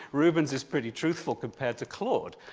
rubens is pretty truthful compared to claude,